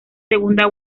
segunda